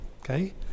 Okay